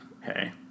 hey